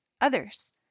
others